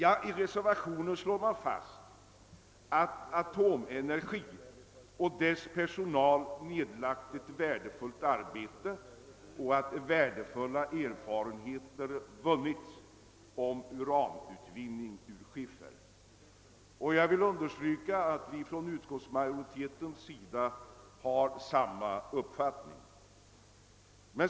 I reservationen slås fast, att Aktiebolaget Atomenergi och dess personal nedlagt ett värdefullt arbete och att goda erfarenheter vunnits beträffande uranutvinning ur skiffer. Jag vill understryka att vi inom utskottsmajoriteten har samma uppfattning.